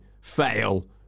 Fail